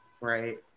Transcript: right